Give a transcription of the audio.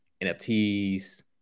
NFTs